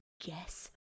Guess